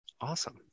Awesome